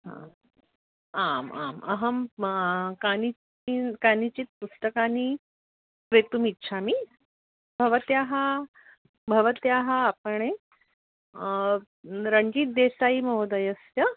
हा आम् आम् अहं कानिचित् कानिचित् पुस्तकानि क्रेतुम् इच्छामि भवत्याः भवत्याः आपणे रञ्चित् देसायी महोदयस्य